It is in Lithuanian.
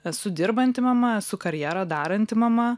esu dirbanti mama esu karjerą daranti mama